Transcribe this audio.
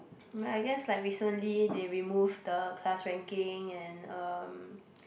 I guess like recently they remove the class ranking and um